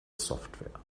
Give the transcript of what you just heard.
software